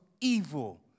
evil